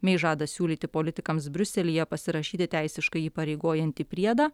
mei žada siūlyti politikams briuselyje pasirašyti teisiškai įpareigojantį priedą